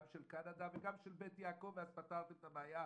גם של קנדה וגם של בית יעקב, ואז פתרתם את הבעיה.